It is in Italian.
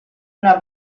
una